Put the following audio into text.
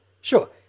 sure